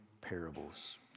parables